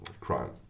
crime